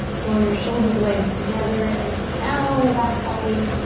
draw your shoulder blades together and down the back body.